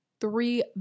three